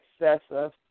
excessive